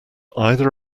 either